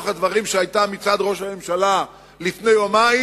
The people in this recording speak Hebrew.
הדברים שהיתה מצד ראש הממשלה לפני יומיים.